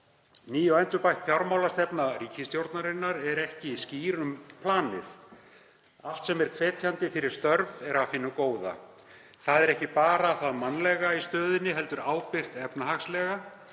Ný og endurbætt fjármálastefna ríkisstjórnarinnar er ekki skýr um planið. Allt sem er hvetjandi fyrir störf er af hinu góða. Það er ekki bara það mannlega í stöðunni heldur ábyrgt efnahagslega.